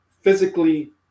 physically